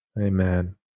Amen